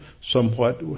somewhat